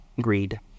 greed